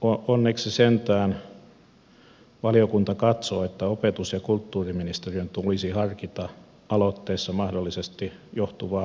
onneksi valiokunta sentään katsoo että opetus ja kulttuuriministeriön tulisi harkita aloitteesta mahdollisesti johtuvaa lainvalmistelun tarvetta